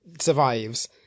survives